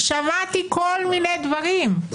שמעתי כל מיני דברים, אל